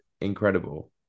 incredible